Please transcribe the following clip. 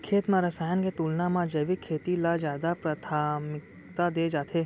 खेत मा रसायन के तुलना मा जैविक खेती ला जादा प्राथमिकता दे जाथे